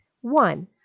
one